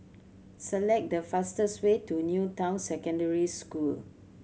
select the fastest way to New Town Secondary School